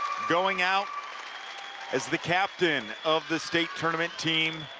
going out as the captain of the state tournament team.